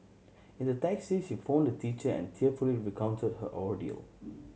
in the taxi she phoned a teacher and tearfully recounted her ordeal